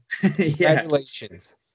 Congratulations